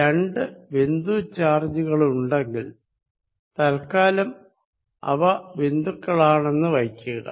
രണ്ടു ബിന്ദു ചാർജ്ജുകളുണ്ടെങ്കിൽ തല്ക്കാലം അവ ബിന്ദുക്കളാണെന്ന് വയ്ക്കുക